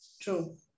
True